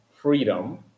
freedom